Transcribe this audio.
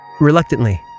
Reluctantly